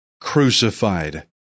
crucified